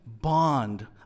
bond